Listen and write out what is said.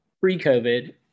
pre-COVID